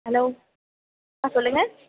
hello ஆ சொல்லுங்கள்